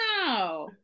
wow